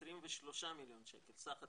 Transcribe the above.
ב-23 מיליון שקל, סך התקציב.